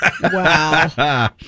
Wow